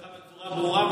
אני אומר לך בצורה ברורה,